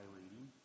reading